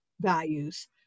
values